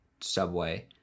Subway